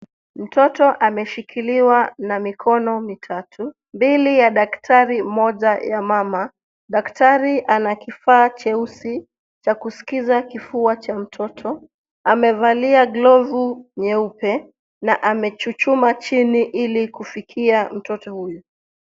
Mtoto ameshikiliwa na mikono mitatu ,mbili ya daktari moja ya mama daktari ana kifaa cheusi cha kusikiza kifua cha mtoto amevalia glovu nyeupe na amechuchuma chini ili kufikia mtoto huyu.